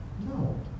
No